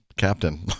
Captain